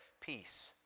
peace